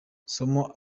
masomo